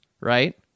right